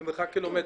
במרחק קילומטר.